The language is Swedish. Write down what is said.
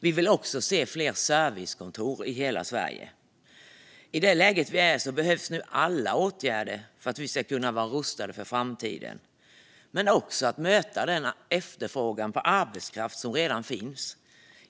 Vi vill också se fler servicekontor i hela Sverige. I det läget vi är i nu behövs alla åtgärder för att vi ska vara rustade för framtiden men också för att möta den efterfrågan på arbetskraft som redan finns.